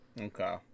Okay